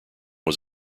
was